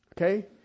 Okay